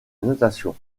natation